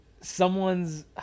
someone's